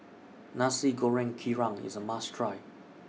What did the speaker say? Nasi Goreng Kerang IS A must Try